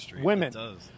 women